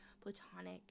platonic